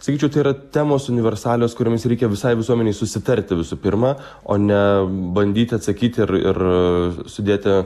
sakyčiau tai yra temos universalios kuriomis reikia visai visuomenei susitarti visu pirma o ne bandyti atsakyti ir ir sudėti